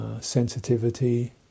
Sensitivity